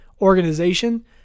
organization